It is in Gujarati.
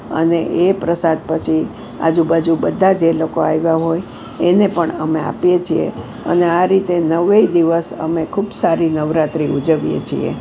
અને એ પ્રસાદ પછી આજુબાજુ બધા જે લોકો આવ્યા હોય એને પણ અમે આપીએ છીએ અને આ રીતે નવેય દિવસ અમે ખૂબ સારી નવરાત્રિ ઉજવીએ છીએ